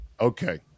Okay